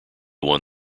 won